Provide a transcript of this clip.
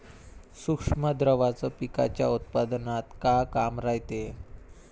सूक्ष्म द्रव्याचं पिकाच्या उत्पन्नात का काम रायते?